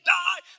die